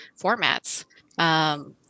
formats